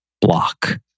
block